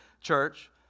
church